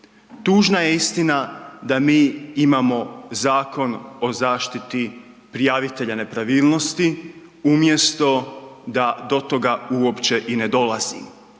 Tužna je istina da mi imamo Zakon o zaštiti prijavitelja nepravilnosti umjesto da do toga uopće i ne dolazi.